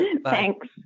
Thanks